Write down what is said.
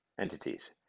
entities